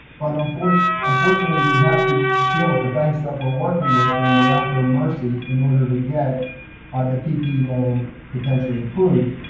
but unfortunately, we have to deal with the banks that we're working with. and we're at their mercy in order to get the ppp loan potentially approved.